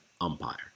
umpire